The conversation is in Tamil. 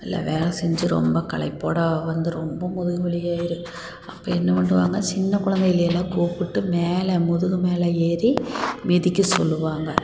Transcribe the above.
நல்ல வேலை செஞ்சு ரொம்ப களைப்போடு வந்து ரொம்ப முதுகு வலி ஆகிரும் அப்போ என்ன பண்ணுவாங்க சின்ன குழந்தைகள் எதுனா கூப்பிட்டு மேலே முதுகு மேலே ஏறி மிதிக்க சொல்லுவாங்கள்